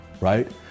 right